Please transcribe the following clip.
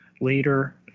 Later